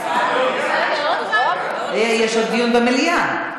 יש עוד דיון במליאה.